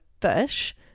fish